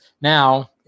now